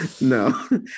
no